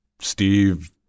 Steve